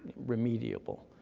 remediable,